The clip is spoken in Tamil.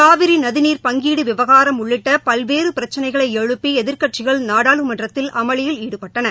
காவிரிநதிநீர் பங்கீடுவிவகாரம் உள்ளிட்டபல்வேறுபிரச்சனைகளைஎழுப்பிஎதிர்கட்சிகள் நாடாளுமன்றத்தில் அமளியிலஈடுபட்டன